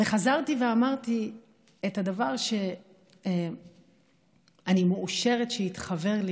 וחזרתי ואמרתי את הדבר שאני מאושרת שהתחוור לי